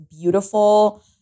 beautiful